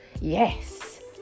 Yes